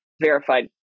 verified